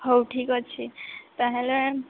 ହଉ ଠିକ୍ ଅଛି ତା'ହେଲେ